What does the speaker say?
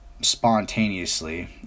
spontaneously